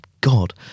god